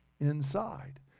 inside